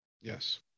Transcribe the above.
Yes